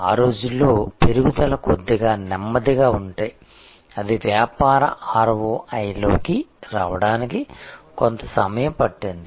ఆ రోజుల్లో పెరుగుదల కొద్దిగా నెమ్మదిగా ఉంటే అది వ్యాపార ROI లోకి రావడానికి కొంత సమయం పట్టింది